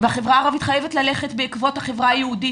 והחברה הערבית חייבת ללכת בעקבות החברה היהודית.